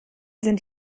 sind